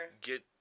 get